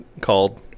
called